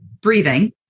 breathing